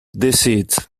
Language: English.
deceit